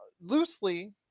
loosely